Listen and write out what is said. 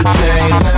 change